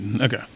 Okay